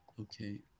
Okay